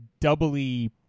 doubly